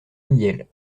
mihiel